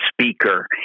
Speaker